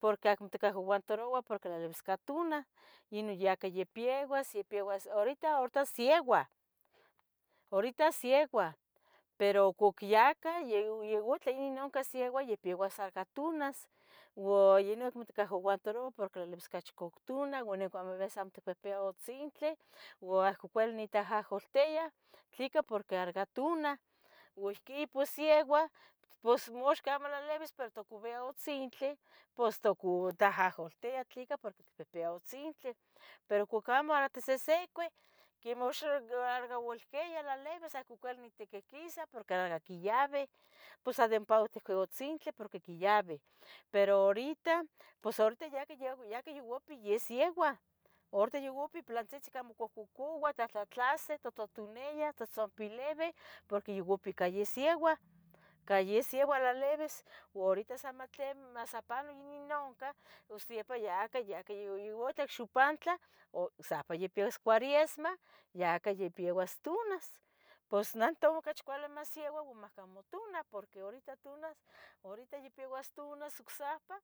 porque acmo itaguantarouah porque tlailibisca tuna, ino yahca yapiebas, yapiebas, horita, horita sieua, horita sieua, pero cuquiyahcah yauyautla ino cah sieua ya piebas yaca tunas, ua yeh ino acmo itaguantarouah porque tlailibis ocachi cuc tuna uan ihcuac aves amo itpihpia utzintli, ua ahco cuali nitiahahcoltia tleca porque arga tuna, ua ihqui pos sieua, pos mox cabolalibis pero tecubiah utzintli pos tucu tiahacoltia tlaca porque itpihpiah utzintli, pero ihcuac amo tisihsicui quimox argaolquiah lalibis acmo cuali nic tiquihquisa porque quiyabih pos sa de ompa ricuih utzintli porque quiyabih, pero horita, pos horita yacah ya ya opa sieuah, horita ya opa pilantzitzin mocohcocuah tlahtlatlasih, tlatutunia, tlatzompilebi porque ya opa yacah yasieua cah yasieua lalibis, horita masantlen masapano ino noncah ustepa yacah yacah oita ocsipa yoncah xupantla sapa ya peuas cuaresma yacah yapeuas tunas Pos neh toua ocachi cuali masieua ua mahcamo tuna porque horita tuna, horita ya peuas tunas ocsehpa